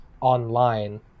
online